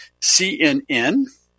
CNN